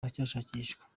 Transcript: aracyashakishwa